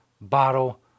bottle